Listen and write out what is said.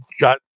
got